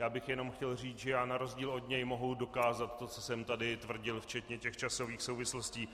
Já bych jenom chtěl říci, že já na rozdíl od něj mohu dokázat to, co jsem tady tvrdil, včetně časových souvislostí.